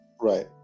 Right